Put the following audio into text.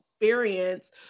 experience